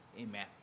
Amen